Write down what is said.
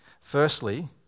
Firstly